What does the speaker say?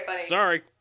Sorry